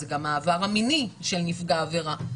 זה גם העבר המיני של נפגע העבירה,